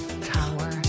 Tower